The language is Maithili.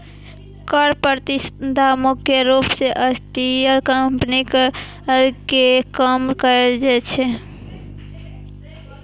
कर प्रतिस्पर्धा मुख्य रूप सं अस्थिर कंपनीक कर कें कम करै छै